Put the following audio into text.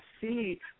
see